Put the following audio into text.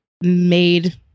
made